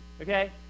Okay